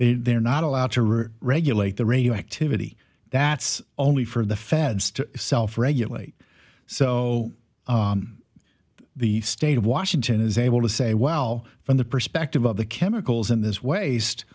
they're not allowed to or regulate the radioactivity that's only for the feds to self regulate so the state of washington is able to say well from the perspective of the chemicals in this waste